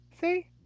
See